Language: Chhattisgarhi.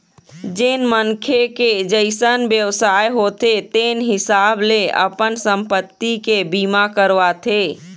जेन मनखे के जइसन बेवसाय होथे तेन हिसाब ले अपन संपत्ति के बीमा करवाथे